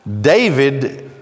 David